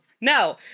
no